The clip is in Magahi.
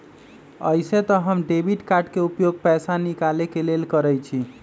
अइसे तऽ हम डेबिट कार्ड के उपयोग पैसा निकाले के लेल करइछि